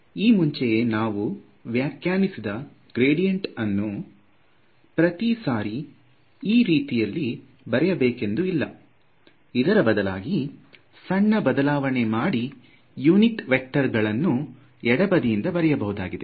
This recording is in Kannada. ಈ ಮುಂಚೆಯೇ ನಾವು ವ್ಯಾಖ್ಯಾನಿಸಿದ ಗ್ರೇಡಿಯಂಟ್ ಅನ್ನು ಪ್ರತಿ ಸಾರಿ ಈ ರೀತಿಯಲ್ಲಿ ಬರೆಯಬೇಕೆಂದು ಇಲ್ಲ ಇದರ ಬದಲಾಗಿ ಸಣ್ಣ ಬದಲಾವಣೆ ಮಾಡಿ ಯೂನಿಟ್ ವೇಕ್ಟರ್ ಗಳನ್ನು ಎಡ ಬದಿಯಲ್ಲಿ ಬರೆಯಬಹುದಾಗಿದೆ